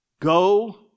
Go